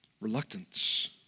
reluctance